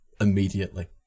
immediately